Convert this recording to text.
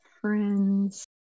friends